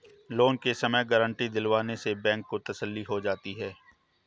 loan के समय guarantee दिलवाने से बैंक को तसल्ली हो जाती है